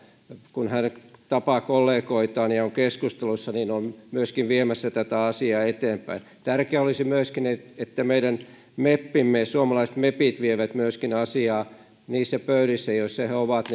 kun hän tapaa kollegoitaan ja ja on keskusteluissa niin hän on eussa viemässä tätä asiaa eteenpäin tärkeää olisi myöskin että meidän suomalaiset meppimme vievät aina yhteisesti asiaa eteenpäin niissä pöydissä joissa he he ovat